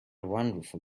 wonderful